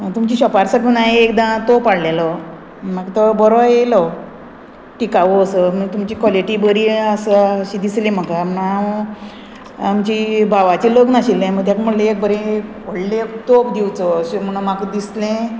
तुमच्या शॉपार साकून हांवें एकदां तोप हाडलेलो म्हाका तो बरो येयलो टिकाऊ असो तुमची क्वॉलिटी बरी आसा अशी दिसली म्हाका हांव आमची भावाचें लग्न आशिल्लें मागीर ताका म्हणलें एक बरें व्हडलें तोप दिवचो अशें म्हणून म्हाका दिसलें